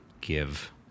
give